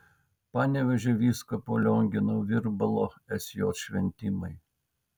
panevėžio vyskupo liongino virbalo sj šventimai